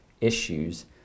issues